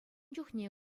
чухне